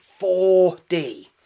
4D